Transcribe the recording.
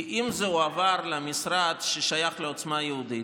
כי אם זה הועבר למשרד ששייך לעוצמה יהודית,